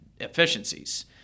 efficiencies